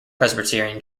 presbyterian